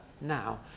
now